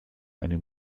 eine